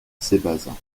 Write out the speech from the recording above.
cébazat